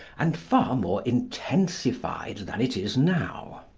and far more intensified than it is now.